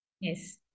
Yes